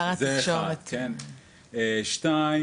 שר התקשורת -- שנית,